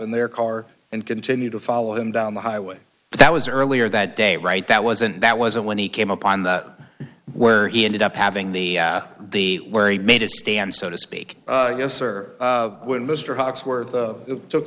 in their car and continue to follow him down the highway that was earlier that day right that wasn't that wasn't when he came upon that where he ended up having the the where he made a stand so to speak yes or when mr hawksworth took